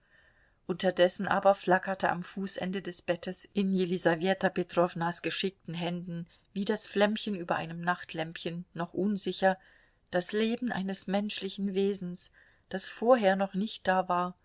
unterdessen aber flackerte am fußende des bettes in jelisaweta petrownas geschickten händen wie das flämmchen über einem nachtlämpchen noch unsicher das leben eines menschlichen wesens das vorher noch nicht da war